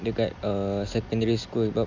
dekat err secondary school sebab